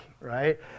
Right